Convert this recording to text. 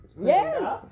Yes